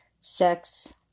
Sex